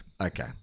okay